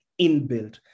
inbuilt